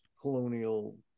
colonial